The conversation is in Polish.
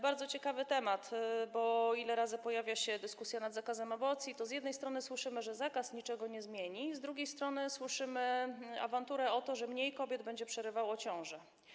Bardzo ciekawy temat, bo ilekroć pojawia się dyskusja nad zakazem aborcji, to z jednej strony słyszymy, że zakaz niczego nie zmieni, z drugiej strony słyszymy awanturę o to, że mniej kobiet będzie przerywało ciążę.